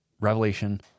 Revelation